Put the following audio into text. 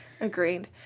Agreed